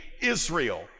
Israel